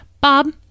Bob